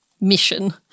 mission